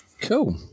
Cool